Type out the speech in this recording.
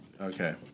Okay